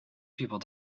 people